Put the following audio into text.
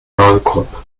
warenkorb